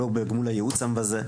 לא בגמול הייעוץ המבזה,